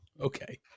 Okay